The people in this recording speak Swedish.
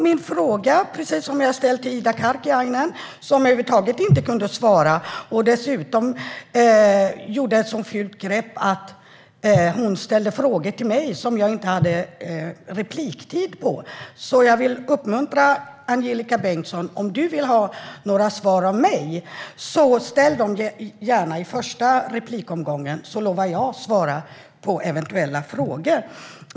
Mina frågor är precis desamma som jag ställde till Ida Karkiainen. Hon kunde över huvud taget inte svara och tog dessutom till ett fult grepp: Hon ställde frågor till mig som jag inte hade repliktid att svara på. Jag vill därför uppmana Angelika Bengtsson att ställa eventuella frågor till mig i första replikomgången, så lovar jag att svara.